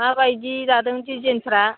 माबायदि दादों डिजाइनफ्रा